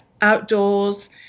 outdoors